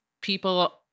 people